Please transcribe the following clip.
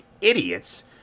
idiots